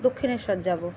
দক্ষিণেশ্বর যাবো